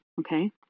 Okay